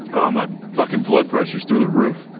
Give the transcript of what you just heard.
oh my fucking blood. pressure's through the roof.